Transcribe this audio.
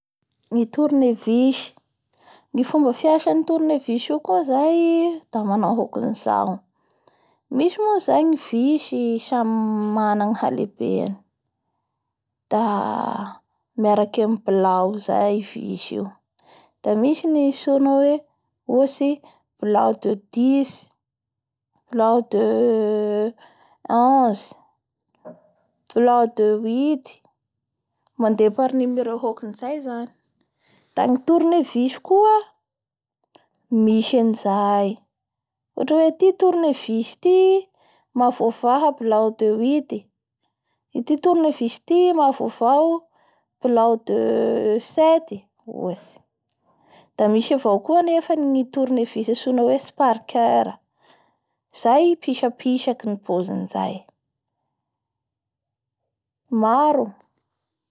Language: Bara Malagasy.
Ny fahaizako ny fiasan'ny tourna vicekoa zany da izao, misy karazany maro ny tourne visy sa mandeha arakarakin'ny visy hesory na ny visy hapetaky, misy zao ny tourne visy plat da misy avao koa ny tourne visy sparkere aa, da misy avao koa to-tourne visy famahana ohatsy clé de dix; clé de traise, clé de quatorse, quinze zay zany ro tsraiko zay hoe mandeha arakaraky ny halebeny.